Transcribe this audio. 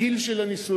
הגיל של הנישואין.